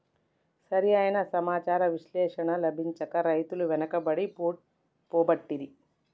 సరి అయిన సమాచార విశ్లేషణ లభించక రైతులు వెనుకబడి పోబట్టిరి